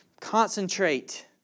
concentrate